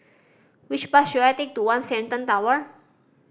which bus should I take to One Shenton Tower